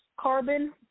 carbon